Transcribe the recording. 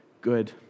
good